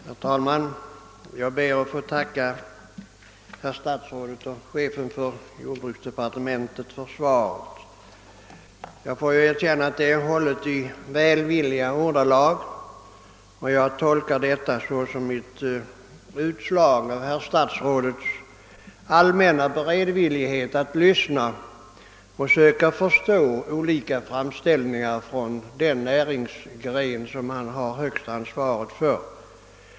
Herr talman! Jag ber att få tacka herr statsrådet och chefen för jordbruksdepartementet för svaret, som är hållet i välvilliga ordalag. Det tolkar jag som ett utslag av herr statsrådets allmänna beredvillighet att lyssna på och söka förstå de framställningar som göres från den näringsgren han har högsta ansvaret för.